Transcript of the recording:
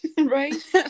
Right